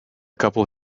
couple